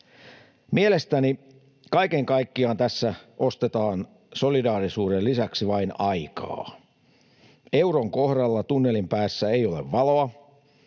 Mielestäni kaiken kaikkiaan tässä ostetaan solidaarisuuden lisäksi vain aikaa. Euron kohdalla tunnelin päässä ei ole valoa.